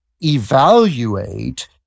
evaluate